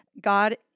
God